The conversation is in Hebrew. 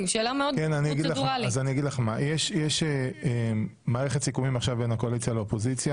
יש מערכת סיכומים בין הקואליציה לאופוזיציה